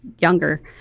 younger